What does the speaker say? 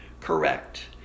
correct